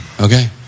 okay